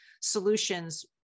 solutions